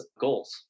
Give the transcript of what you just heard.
goals